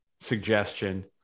suggestion